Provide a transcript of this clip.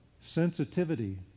Sensitivity